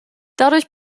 dadurch